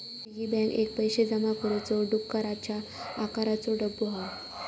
piggy bank एक पैशे जमा करुचो डुकराच्या आकाराचो डब्बो हा